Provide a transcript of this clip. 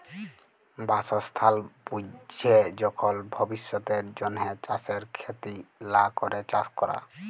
বাসস্থাল বুইঝে যখল ভবিষ্যতের জ্যনহে চাষের খ্যতি লা ক্যরে চাষ ক্যরা